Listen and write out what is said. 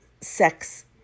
sex